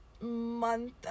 month